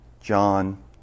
John